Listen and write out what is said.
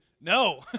No